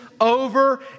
over